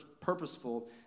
purposeful